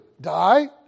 die